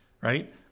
right